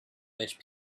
which